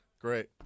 Great